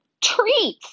treats